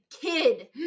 kid